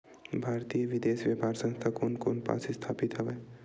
भारतीय विदेश व्यापार संस्था कोन पास स्थापित हवएं?